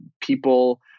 People